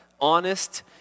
honest